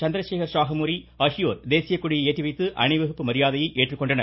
சந்திரசேகர் சாஹமுரி தேசிய கொடியை ஏற்றி வைத்து அணிவகுப்பு மரியாதையை ஏற்றுக்கொண்டனர்